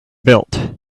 built